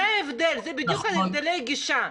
זה ההבדל, זה בדיוק ההבדל בגישה.